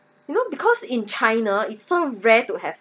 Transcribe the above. you know because in china it's so rare to have